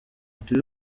turi